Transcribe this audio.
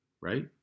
Right